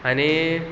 आनी